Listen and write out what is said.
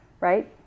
Right